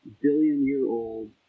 billion-year-old